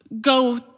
go